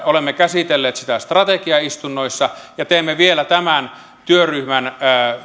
olemme käsitelleet sitä strategiaistunnoissa ja teemme vielä tämän työryhmän